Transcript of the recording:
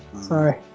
Sorry